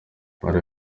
hari